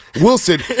Wilson